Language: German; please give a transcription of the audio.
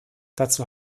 dazu